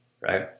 Right